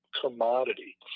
commodity